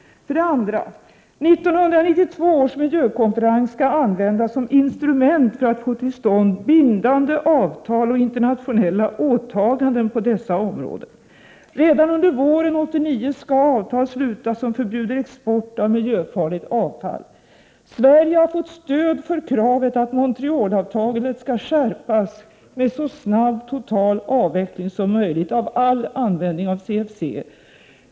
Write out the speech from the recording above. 2. 1992 års miljökonferens skall användas som instrument för att man skall få till stånd bindande avtal och internationella åtaganden på dessa områden. Redan under våren 1989 skall avtal slutas som innebär förbud mot export av miljöfarligt avfall. Sverige har fått stöd för kravet på att Montrealavtalet skall skärpas med så snabb total avveckling som möjligt av all användning av CFC.